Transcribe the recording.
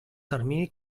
termini